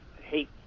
hate